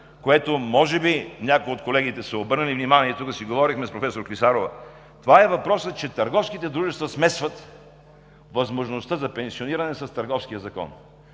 което може би някои от колегите са обърнали внимание – говорихме си с професор Клисарова – това е въпросът, че търговските дружества смесват възможността за пенсиониране с Търговския закон.